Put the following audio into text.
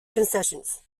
concessions